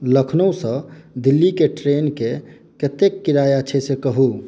लखनऊ सॅं दिल्ली के ट्रेन के कतेक किराया छै से कहू